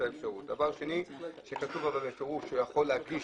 דבר שני, שיהיה כתוב בפירוש שהוא יכול להגיש